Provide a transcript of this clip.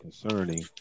concerning